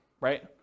right